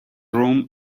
room